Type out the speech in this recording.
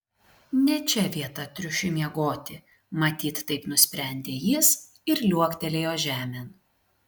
ne čia vieta triušiui miegoti matyt taip nusprendė jis ir liuoktelėjo žemėn